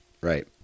Right